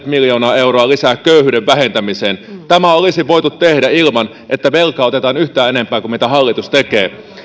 miljoonaa euroa lisää köyhyyden vähentämiseen tämä olisi voitu tehdä ilman että velkaa otetaan yhtään enempää kuin mitä hallitus tekee